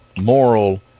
moral